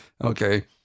okay